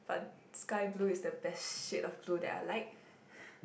but sky blue is the best shade of blue that I like